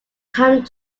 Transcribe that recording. time